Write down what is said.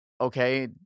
okay